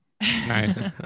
Nice